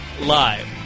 Live